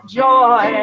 joy